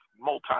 multi